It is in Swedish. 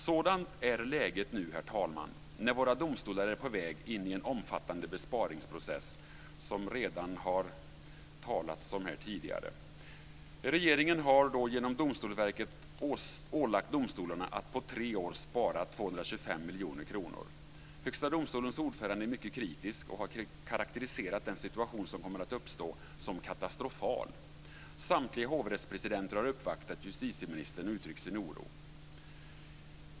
Sådant är läget nu, herr talman, när våra domstolar är på väg in i en omfattande besparingsprocess, som det redan har talats om här tidigare. Regeringen har genom Domstolsverket ålagt domstolarna att på tre år spara 225 miljoner kronor. Högsta domstolens ordförande är mycket kritisk och har karakteriserat den situation som kommer att uppstå som katastrofal. Samtliga hovrättspresidenter har uppvaktat justitieministern och uttryckt sin oro.